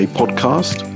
podcast